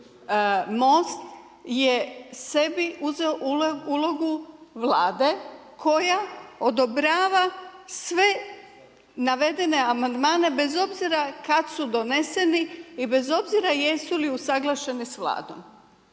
MOST, je sebi uzeo ulogu Vlade koja odobrava sve navedene amandmane bez obzira kad su donesi i bez obzira jesu li usaglašeni sa Vladom.